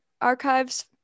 Archives